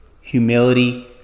humility